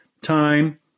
time